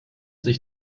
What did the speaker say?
sich